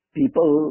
people